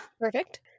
Perfect